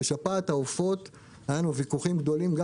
בשפעת העופות היו לנו ויכוחים גדולים גם